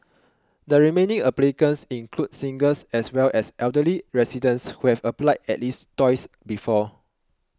the remaining applicants include singles as well as elderly residents who have applied at least twice before